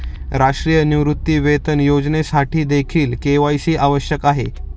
राष्ट्रीय निवृत्तीवेतन योजनेसाठीदेखील के.वाय.सी आवश्यक आहे